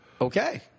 Okay